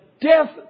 death